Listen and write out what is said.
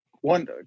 one